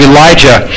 Elijah